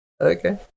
Okay